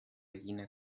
jener